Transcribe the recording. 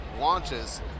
launches